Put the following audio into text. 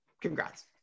Congrats